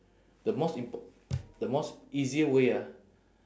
the most impo~ the most easy way ah